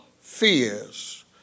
fears